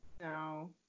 No